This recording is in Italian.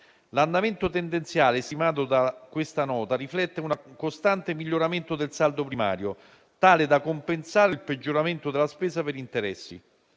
L'andamento tendenziale stimato da questa Nota riflette un costante miglioramento del saldo primario, tale da compensare il peggioramento della spesa per interessi.